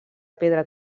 pedra